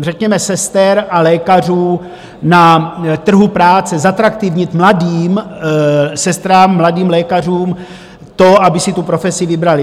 řekněme sester a lékařů na trhu práce, zatraktivnit mladým sestrám, mladým lékařům to, aby si tu profesi vybrali.